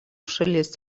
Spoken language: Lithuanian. šalies